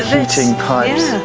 heating pipes.